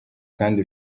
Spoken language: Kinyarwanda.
kandi